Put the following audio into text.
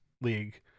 League